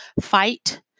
fight